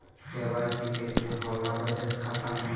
KYC कैसे होला बचत खाता में?